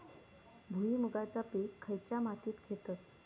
भुईमुगाचा पीक खयच्या मातीत घेतत?